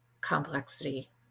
complexity